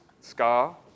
Scar